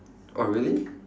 oh really